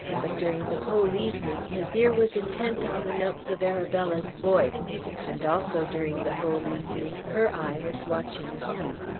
but during the whole evening his ear was intent on the notes of arabella's voice and also, during the whole evening, her eye was watching him.